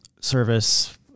service